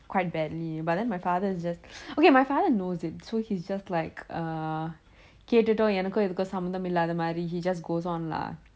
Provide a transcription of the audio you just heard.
quite badly but then my father is just okay my father knows it so he's like err கேட்டுட்டு எனக்கும் இதுக்கும் சம்மந்தம் இல்லாத மாதிரி:kettuttu enakkum ithukkum sammantham illaatha maathiri he just goes on lah